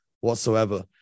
whatsoever